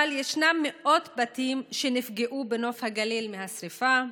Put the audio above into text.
אבל ישנם מאות בתים שנפגעו בנוף הגליל מהשרפה,